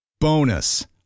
Bonus